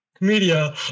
media